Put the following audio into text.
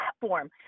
platform